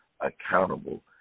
accountable